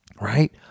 right